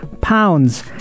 pounds